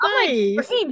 nice